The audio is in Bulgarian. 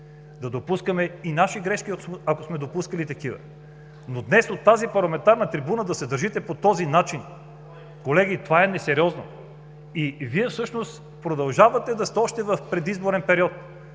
да допускаме и наши грешки, ако вече сме допускали такива, но днес от тази парламентарна трибуна да се държите по този начин – колеги, това е несериозно! Вие всъщност продължавате да сте още в предизборен период.